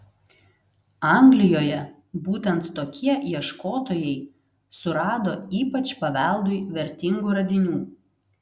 anglijoje būtent tokie ieškotojai surado ypač paveldui vertingų radinių